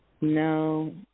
No